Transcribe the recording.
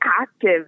active